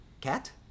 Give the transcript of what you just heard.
Cat